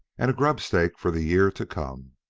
and a grubstake for the year to come.